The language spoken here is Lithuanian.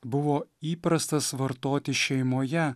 buvo įprastas vartoti šeimoje